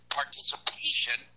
participation